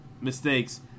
mistakes